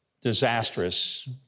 disastrous